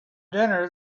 dinner